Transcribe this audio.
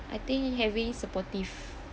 I think having supportive